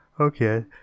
okay